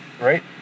right